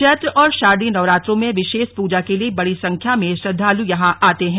चैत्र और शारदीय नवरात्रों में विष पूजा के लिये बड़ी संख्या मे श्रदालु यहां आते हैं